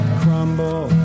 crumble